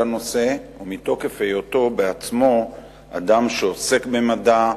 הנושא ומתוקף היותו בעצמו אדם שעוסק במדע,